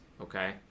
Okay